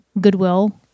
Goodwill